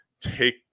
Take